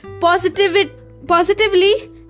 positively